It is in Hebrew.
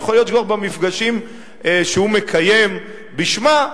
יכול להיות שבמפגשים שהוא מקיים בשמה,